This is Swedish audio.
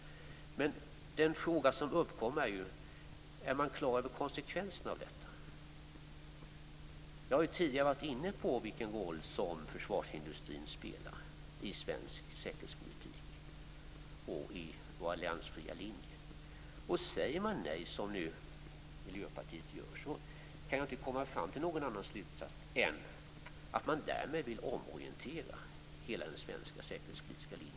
Men den fråga som uppkommer är: Är Marianne Samuelsson på det klara med konsekvenserna av detta? Vi har tidigare varit inne på den roll försvarsindustrin spelar i svensk säkerhetspolitik och i Sveriges alliansfria linje. Säger man nej, som Miljöpartiet nu gör, kan jag inte komma fram till någon annan slutsats än att man därmed vill omorientera hela den svenska säkerhetspolitiska linjen.